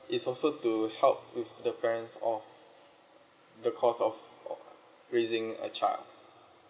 it's also to help with the parents of the cost of uh raising a a child